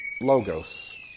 Logos